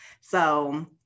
So-